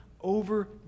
over